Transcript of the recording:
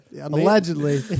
Allegedly